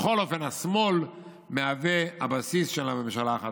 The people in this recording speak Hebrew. בכל אופן השמאל מהווה הבסיס של הממשלה החדשה,